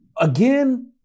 again